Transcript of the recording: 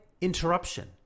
interruption